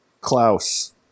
Klaus